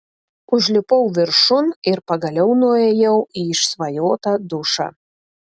užlipau viršun ir pagaliau nuėjau į išsvajotą dušą